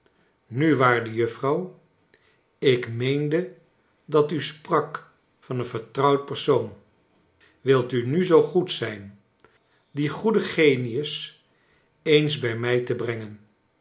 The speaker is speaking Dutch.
nu waarde juffrouw ik meende dat u sprak van een vertrouwd persoon wilt u nu zoo goed zijn dien goeden genius eens bij mrj tve brengen